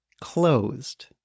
closed